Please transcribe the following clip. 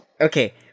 Okay